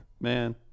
Man